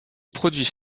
produits